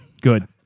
Good